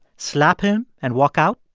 slap him and walk out?